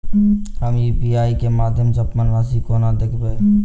हम यु.पी.आई केँ माध्यम सँ अप्पन राशि कोना देखबै?